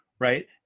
Right